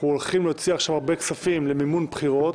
הולכים להוציא עכשיו הרבה כסף למימון בחירות.